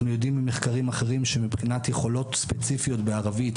אנחנו יודעים ממחקרים אחרים שמבחינת יכולות ספציפיות בערבית: